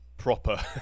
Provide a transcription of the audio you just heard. Proper